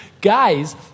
Guys